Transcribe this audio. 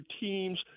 teams –